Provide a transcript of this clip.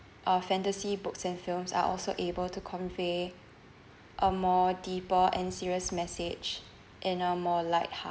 uh fantasy books and films are also able to convey a more deeper and serious message and are more light~